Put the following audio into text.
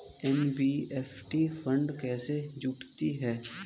NBFC fund कैसे जुटाती है?